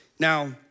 Now